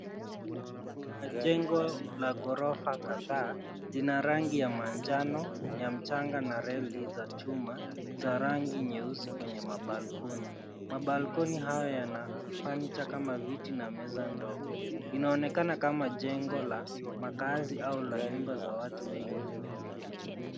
Kuna jengo la ghorofa kadhaa, zina rangi ya manjano ya mcanga na reli za chuma za rangi nyeusi kwenye mabalkoni. mabalkoni hayo yana fanicha kama viti na meza ndogo, inaonekana kama jengo la makaazi au la nyumba za watu wengi.